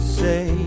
say